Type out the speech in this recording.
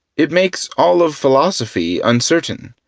it makes all of philosophy uncertain,